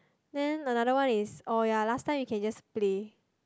then another one is oh ya last time you can just play